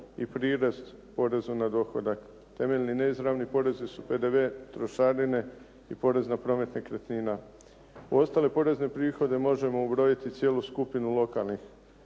i prirez porezu na dohodak. Temeljni neizravni porezi su PDV, trošarine i porez na promet nekretnina. U ostale porezne prihode možemo ubrojiti cijelu skupinu lokalnih